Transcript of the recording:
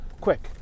Quick